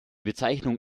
bezeichnung